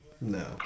No